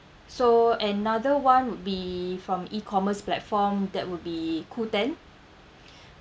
so another one would be from E_commerce platform that would be qooten